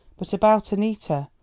but about annita,